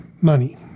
money